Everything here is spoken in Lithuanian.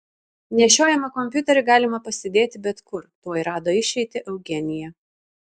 nešiojamą kompiuterį galima pasidėti bet kur tuoj rado išeitį eugenija